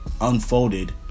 unfolded